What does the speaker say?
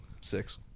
Six